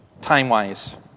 time-wise